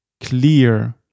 clear